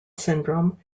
syndrome